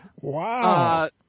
wow